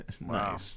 Wow